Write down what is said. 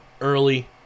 early